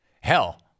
Hell